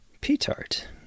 P-Tart